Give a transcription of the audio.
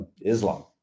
Islam